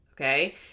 okay